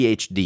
PhD